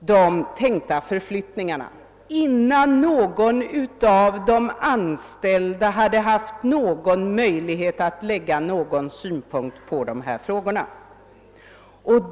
de tänkta förflyttningarna innan de själva haft någon möjlighet att framlägga sina synpunkter på frågan.